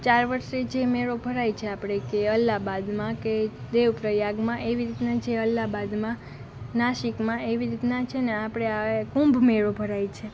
ચાર વર્ષે જે મેળો ભરાય છે આપણે કે અલ્લાહાબાદમાં કે દેવ પ્રયાગમાં એવી રીતના જે અલ્લાહાબાદમાં નાસિકમાં એવી રીતના છે ને આપણે આ કુંભમેળો ભરાય છે